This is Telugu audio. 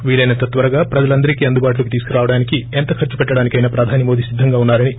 వీలైనంత త్వరగా ప్రజలందరికీ అందుబాటులోకి తీసుకురావడానికి ఎంత ఖర్సు పెట్టడానికైనా ప్రధాని మోదీ సిద్ధంగా ఉన్నారని ఆయన చెప్పారు